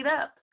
up